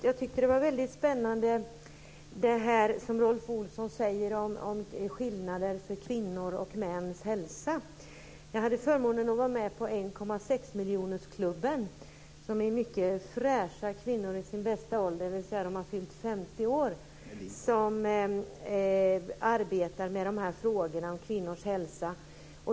Fru talman! Jag tyckte att det som Rolf Olsson sade om skillnader mellan kvinnors och mäns hälsa var väldigt spännande. Jag hade förmånen att få vara med i 1,6 miljoners-klubben, som består av mycket fräscha kvinnor i sin bästa ålder - dvs. att de har fyllt 50 år - som arbetar med frågorna om kvinnors hälsa.